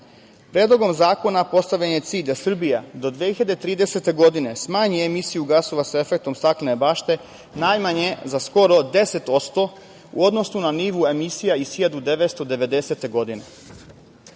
bašte. Predlogom zakona postavljen je cilj da Srbija do 2030. godine smanji emisiju gasova sa efektom staklene bašte najmanje za skoro 10% u odnosu na nivo emisija iz 1990. godine.